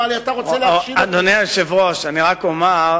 אמר לי: אתה רוצה זו ההצגה הכי גדולה בעיר,